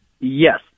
yes